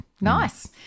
Nice